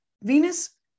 venus